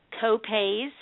co-pays